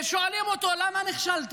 שואלים אותו: למה נכשלת?